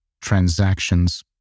transactions